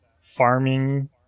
farming